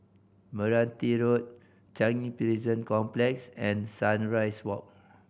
Meranti Road Changi Prison Complex and Sunrise Walk